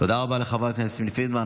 תודה רבה לחברת הכנסת יסמין פרידמן.